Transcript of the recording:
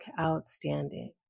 outstanding